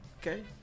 Okay